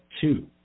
two